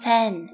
Ten